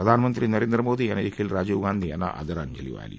प्रधानमंत्री नरेंद्र मोदी यांनी देखील राजीव गांधी यांना आदरांजली वाहिली